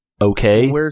Okay